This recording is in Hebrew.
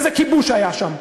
איזה כיבוש היה שם?